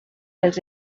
els